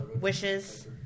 wishes